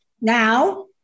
Now